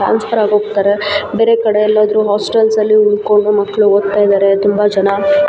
transfer ಆಗೋಗ್ತಾರೆ ಬೇರೆ ಕಡೆ ಎಲ್ಲಾದರೂ ಹಾಸ್ಟೆಲ್ಸಲ್ಲಿ ಉಳ್ಕೊಂಡು ಮಕ್ಕಳು ಓದ್ತಾಯಿದ್ದಾರೆ ತುಂಬ ಜನ